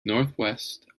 northwest